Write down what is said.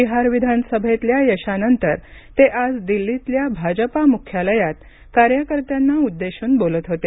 बिहार विधानसभेतल्या यशानंतर ते आज दिल्लीतल्या भाजपा मुख्यालयात कार्यकर्त्यांना उद्देशून बोलत होते